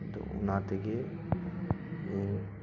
ᱤᱧ ᱫᱚ ᱚᱱᱟᱛᱮᱜᱮ ᱤᱧ